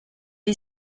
est